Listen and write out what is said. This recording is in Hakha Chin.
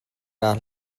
kaa